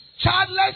Childless